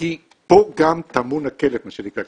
כי פה גם טמון הכלב, מה שנקרא.